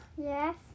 Yes